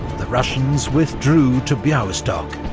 the russians withdrew to bialystok.